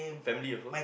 family also